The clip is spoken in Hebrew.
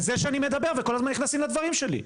בזה שאני מדבר וכל הזמן נכנסים לדברים שלי.